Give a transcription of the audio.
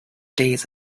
days